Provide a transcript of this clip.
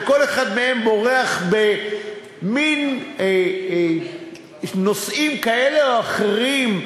וכל אחד מהם בורח במין נושאים כאלה או אחרים,